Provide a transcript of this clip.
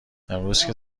امروزکه